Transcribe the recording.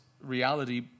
reality